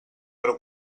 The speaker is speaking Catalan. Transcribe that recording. però